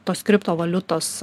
tos kriptovaliutos